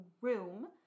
room